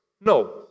No